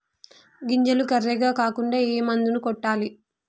గింజలు కర్రెగ కాకుండా ఏ మందును కొట్టాలి?